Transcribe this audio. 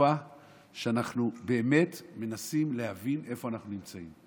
מופע שאנחנו באמת מנסים להבין איפה אנחנו נמצאים.